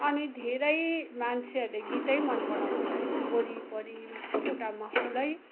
अनि धेरै मान्छेहरूले गीतै मन पराउँछ होइन वरिपरि एउटा माहौलै